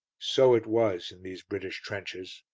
so it was in these british trenches.